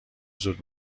زود